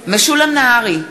משולם נהרי,